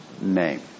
name